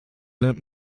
lernt